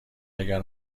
اگر